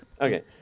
Okay